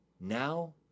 now